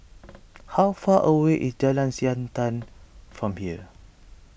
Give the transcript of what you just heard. how far away is Jalan Siantan from here